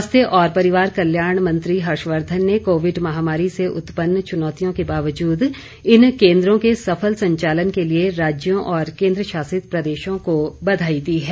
स्वास्थ्य और परिवार कल्याण मंत्री हर्षवर्धन ने कोविड महामारी से उत्पन्न चुनौतियों के बावजूद इन केन्द्रों के सफल संचालन के लिए राज्यों और केंद्र शासित प्रदेशों को बधाई दी है